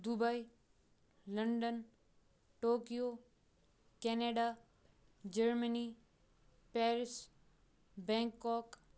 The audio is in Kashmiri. Dubai London Tokyo Canada Germany Paris bank Kak